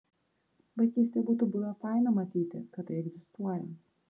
vaikystėje būtų buvę faina matyti kad tai egzistuoja